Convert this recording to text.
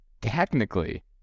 technically